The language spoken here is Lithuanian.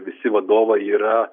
visi vadovai yra